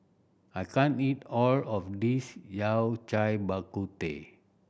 I can't eat all of this Yao Cai Bak Kut Teh